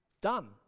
done